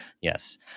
yes